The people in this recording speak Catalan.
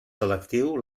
selectiu